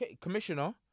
Commissioner